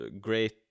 great